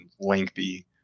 lengthy